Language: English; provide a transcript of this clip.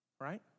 right